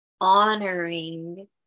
honoring